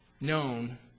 known